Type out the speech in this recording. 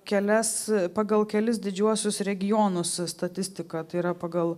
kelias pagal kelis didžiuosius regionus statistiką tai yra pagal